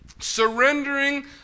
Surrendering